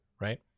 right